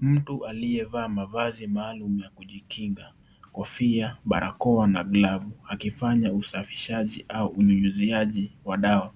Mtu aliyevaa mavazi maalum ya kujikinga kofia barakoa na glavu akifanya usafishaji au unyunyiziaji wa dawa